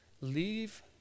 leave